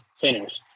finish